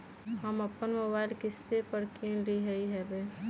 हम अप्पन मोबाइल किस्ते पर किन लेलियइ ह्बे